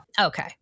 Okay